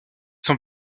sont